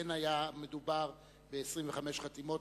אין מדובר ב-25 חתימות.